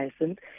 license